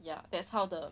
ya that's how the